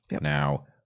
Now